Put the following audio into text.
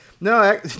No